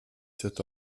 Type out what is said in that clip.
cet